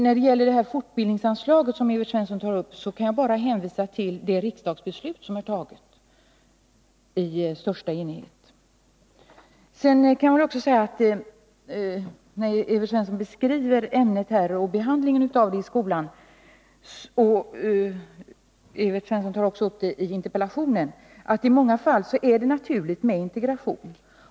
När det gäller fortbildningsanslaget, som Evert Svensson tar upp, kan jag bara hänvisa till det riksdagsbeslut som har fattats i största enighet. När Evert Svensson beskriver ämnet religionskunskap och behandlingen av det i skolan — och Evert Svensson tar också upp detta i interpellationen — vill jag säga att det i många fall är naturligt med integration.